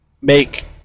make